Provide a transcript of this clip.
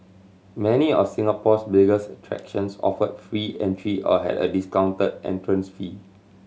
many of Singapore's biggest attractions offered free entry or had a discounted entrance fee